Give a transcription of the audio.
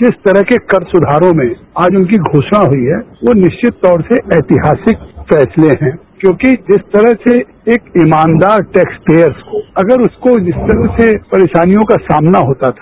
जिस तरह के कर सुधारों में आगे की घोषणा हुई वो निश्चित तौर से ऐतिहासिक फैसले हैं क्योंकि जिस तरह से एक ईमानदार टैक्सपेयर को अगर इस तरह से परेशानियों का सामना होता था